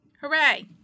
Hooray